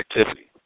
activity